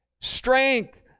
strength